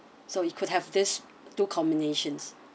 so you could have this two combinations